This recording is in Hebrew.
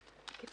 כפי